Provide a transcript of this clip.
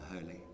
holy